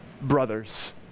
brothers